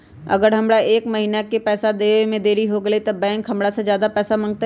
अगर हमरा से एक महीना के पैसा देवे में देरी होगलइ तब बैंक हमरा से ज्यादा पैसा मंगतइ?